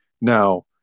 Now